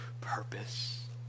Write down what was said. purpose